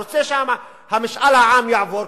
הוא רוצה שמשאל העם יעבור,